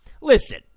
Listen